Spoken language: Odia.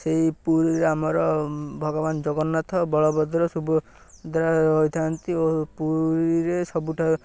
ସେଇ ପୁରୀରେ ଆମର ଭଗବାନ ଜଗନ୍ନାଥ ବଳଭଦ୍ର ସୁଭଦ୍ରା ରହିଥାନ୍ତି ଓ ପୁରୀରେ ସବୁଠାରୁ